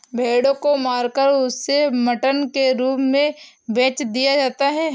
भेड़ों को मारकर उसे मटन के रूप में बेच दिया जाता है